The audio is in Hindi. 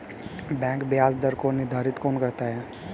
बैंक ब्याज दर को निर्धारित कौन करता है?